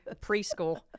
preschool